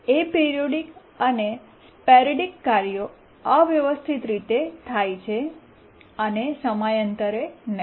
aperiodic અને sporadic કાર્યો અવ્યવસ્થિત રીતે થાય છે અને સમયાંતરે નહીં